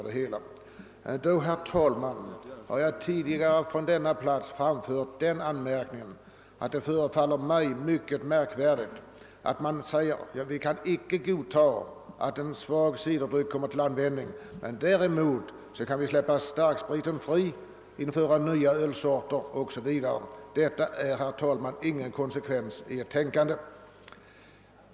Då, herr talman, har jag tidigare från denna plats framfört den anmärkningen, att det förefaller märkligt att man icke anser sig kunna godta att en svag ciderdryck kommer till användning men däremot anser sig kunna släppa starksprit fri, införa nya ölsorter o. s. v. Det är, herr talman, ingen konsekvens i detta tänkande.